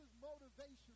motivation